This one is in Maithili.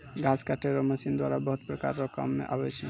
घास काटै रो मशीन द्वारा बहुत प्रकार रो काम मे आबै छै